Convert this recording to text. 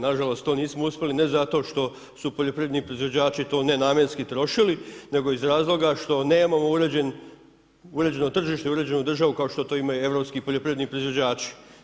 Nažalost to nismo uspjeli ne zato što su poljoprivredni proizvođači nenamjenski trošili, nego iz razloga što nemamo uređeno tržište, uređenu državu kao što to imaju europski poljoprivredni proizvođači.